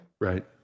Right